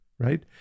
Right